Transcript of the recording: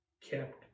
kept